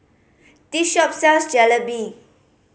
this shop sells Jalebi